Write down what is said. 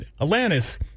Atlantis